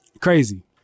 Crazy